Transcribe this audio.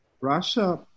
Russia